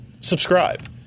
subscribe